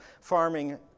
farming